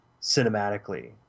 cinematically